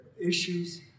issues